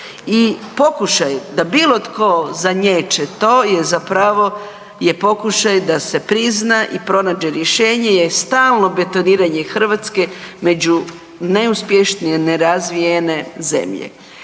i pokušaj da bilo tko zaniječe to je zapravo pokušaj da se prizna i pronađe rješenje je stalno betoniranje Hrvatske među neuspješnije nerazvijene zemlje.